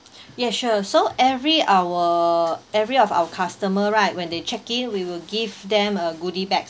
yes sure so every our every of our customer right when they check in we will give them a goodie bags